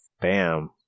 Bam